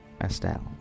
Estelle